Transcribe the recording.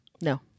No